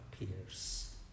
appears